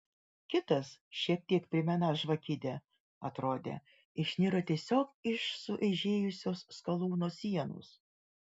kitas šiek tiek primenąs žvakidę atrodė išniro tiesiog iš sueižėjusios skalūno sienos